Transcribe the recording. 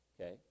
Okay